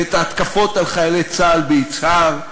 ואת ההתקפות על חיילי צה"ל ביצהר,